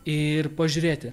ir pažiūrėti